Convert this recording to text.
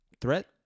Threat